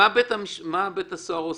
מה בית הסוהר עושה?